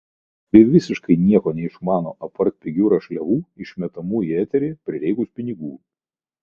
tai autorė kuri visiškai nieko neišmano apart pigių rašliavų išmetamų į eterį prireikus pinigų